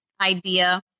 idea